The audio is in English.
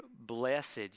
blessed